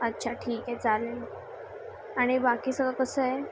अच्छा ठीक आहे चालेल आणि बाकी सगळं कसं आहे